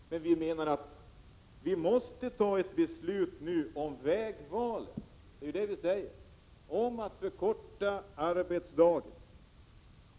Men vi menar att riksdagen måste fatta ett beslut nu om vägvalet, om att förkorta arbetsdagen.